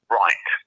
right